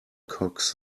cocks